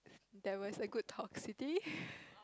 there was a good talk city